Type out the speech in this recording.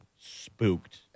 spooked